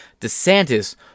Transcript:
DeSantis